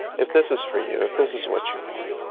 if this is for you, if this is what you want,